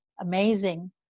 amazing